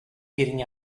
getting